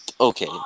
Okay